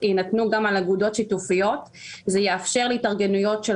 יינתנו גם על אגודות שיתופיות זה יאפשר להתארגנויות של